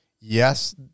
Yes